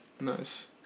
nice